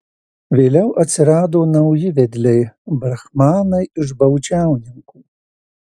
vėliau atsirado nauji vedliai brahmanai iš baudžiauninkų